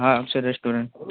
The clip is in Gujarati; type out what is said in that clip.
હાં અક્ષર રેસ્ટરોરન્ટ